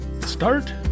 start